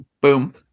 Boom